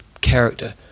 character